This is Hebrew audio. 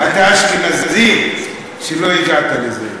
אתה אשכנזי, שלא הגעת לזה.